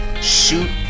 Shoot